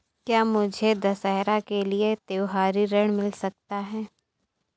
क्या मुझे दशहरा के लिए त्योहारी ऋण मिल सकता है?